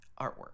artwork